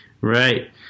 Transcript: right